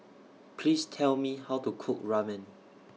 Please Tell Me How to Cook Ramen